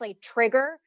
trigger